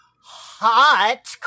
hot